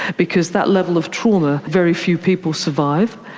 because that level of trauma, very few people survive.